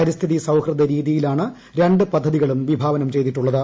പരിസ്ഥിതി സൌഹൃദ രീതിയിലാണ് രണ്ട് പദ്ധതികളും വിഭാവനം ചെയ്തിട്ടുള്ളത്